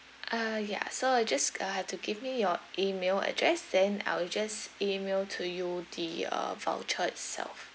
uh ya so I just I have to give me your email address then I will just email to you the uh voucher itself